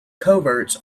coverts